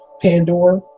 Pandora